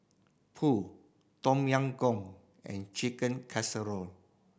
Pho Tom Yam Goong and Chicken Casserole